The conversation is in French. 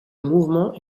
mouvement